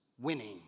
winning